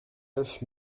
neuf